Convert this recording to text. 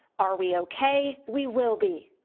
are we okay? we will be.